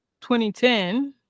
2010